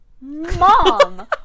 mom